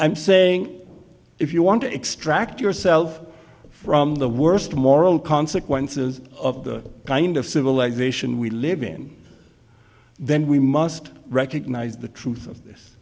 i'm saying if you want to extract yourself from the worst moral consequences of the kind of civilization we live in then we must recognize the truth of this